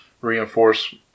reinforce